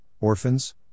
orphans